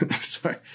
sorry